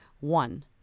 one